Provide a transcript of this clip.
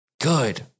good